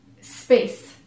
space